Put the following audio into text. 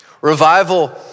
Revival